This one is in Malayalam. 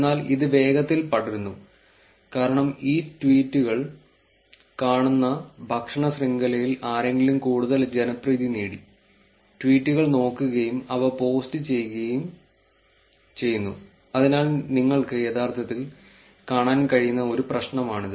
എന്നാൽ ഇത് വേഗത്തിൽ പടരുന്നു കാരണം ഈ ട്വീറ്റുകൾ കാണുന്ന ഭക്ഷണ ശൃംഖലയിൽ ആരെങ്കിലും കൂടുതൽ ജനപ്രീതി നേടി ട്വീറ്റുകൾ നോക്കുകയും അവ പോസ്റ്റ് ചെയ്യുകയും ചെയ്യുന്നു അതിനാൽ നിങ്ങൾക്ക് യഥാർത്ഥത്തിൽ കാണാൻ കഴിയുന്ന ഒരു പ്രശ്നമാണിത്